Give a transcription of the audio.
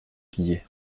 guiers